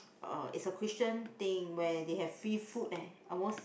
uh it's a Christian thing where they have free food and almost